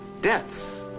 deaths